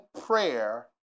prayer